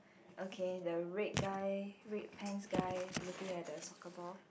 okay the red guy red pants guy looking at the soccer ball